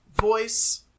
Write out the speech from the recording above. voice